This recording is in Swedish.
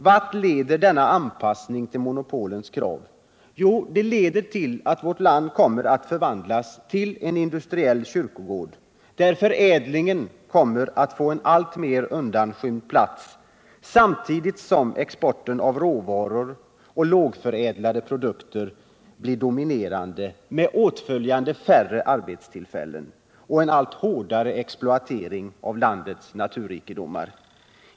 Vart leder denna anpassning till monopolens krav? Jo, det leder till att vårt land kommer att förvandlas till en industriell kyrkogård, där förädlingen kommer att få en alltmer undanskymd plats samtidigt som exporten av råvaror och lågförädlade produkter blir dominerande, med åtföljande färre arbetstillfällen och en allt hårdare exploatering av landets naturrikedomar.